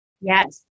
Yes